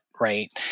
right